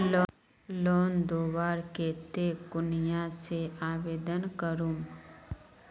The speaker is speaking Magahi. लोन लुबार केते कुनियाँ से आवेदन करूम?